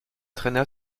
traîna